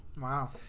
Wow